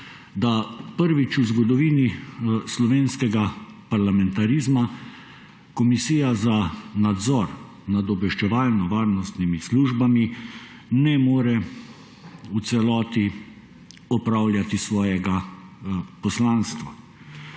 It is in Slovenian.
da prvič v zgodovini slovenskega parlamentarizma Komisija za nadzor obveščevalnih in varnostnih služb ne more v celoti opravljati svojega poslanstva.